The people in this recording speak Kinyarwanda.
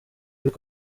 muri